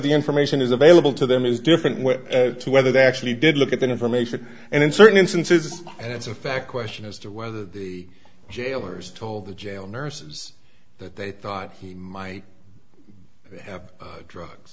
the information is available to them is different to whether they actually did look at that information and in certain instances and it's a fact question as to whether the jailers told the jail nurses that they thought he might have drugs